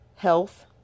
Health